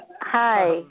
Hi